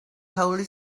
holy